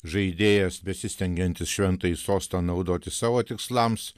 žaidėjas besistengiantis šventąjį sostą naudoti savo tikslams